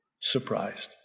Surprised